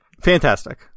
Fantastic